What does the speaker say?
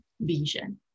vision